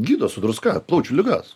gydo su druska plaučių ligas